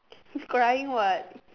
he's crying what